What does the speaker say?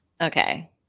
Okay